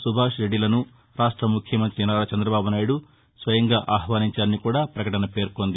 సుభాష్ రెడ్డిలను రాష్ట ముఖ్యమంత్రి నారా చంద్రబాబు నాయుడు స్వయంగా ఆహ్వానించారని కూడా ఆ ప్రకటన పేర్కొంది